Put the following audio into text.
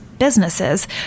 businesses